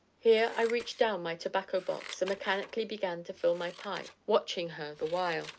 here i reached down my tobacco-box and mechanically began to fill my pipe, watching her the while.